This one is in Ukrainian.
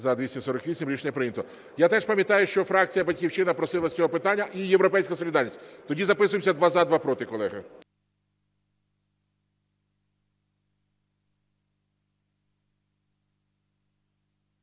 За-248 Рішення прийнято. Я теж пам'ятаю, що фракція "Батьківщина" просила з цього питання і "Європейська солідарність". Тоді записуємося: два – за, два – проти, колеги.